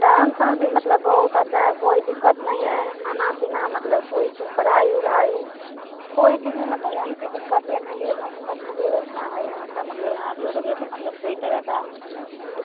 रहन सहन भी मतलब बहुत अच्छा है कोई दिक्कत नहीं है न खाना पीना मतलब कोई चीज़ पढ़ाई उढ़ाई कोई चीज़ में मतलब यानि की दिक्कते नहीं है बहुत बढ़िया व्यवस्था है यहाँ का मतलब यहाँ अब लोग अग्लो बगलो का मतलब कोई तरह का